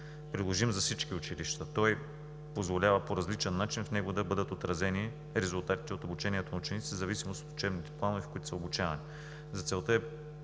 приложим за всички училища. Той позволява по различен начин в него да бъдат отразени резултатите от обучението на учениците в зависимост от учебните планове, в които са обучавани. За целта е